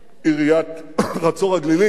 עיריית חצור-הגלילית,